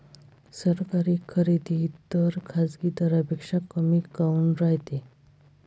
सरकारी खरेदी दर खाजगी दरापेक्षा कमी काऊन रायते?